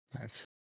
Nice